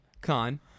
Khan